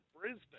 Brisbane